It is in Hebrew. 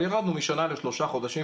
אבל ירדנו משנה לשלושה חודשים,